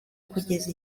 kugeza